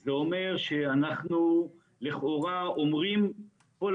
זה אומר שאנחנו לכאורה אומרים לכל